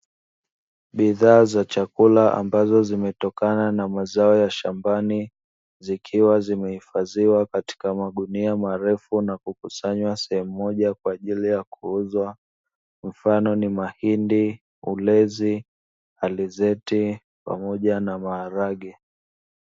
Bidhaa za chakula ambazo zimetokana na mazao ya shambani, zikiwa zimehifadhiwa katika magunia marefu na kukusanywa sehemu moja kwa ajili ya kuuzwa, mfano ni: mahindi, ulezi, alizeti pamoja na maharage.